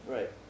Right